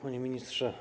Panie Ministrze!